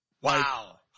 Wow